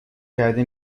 کرده